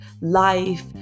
life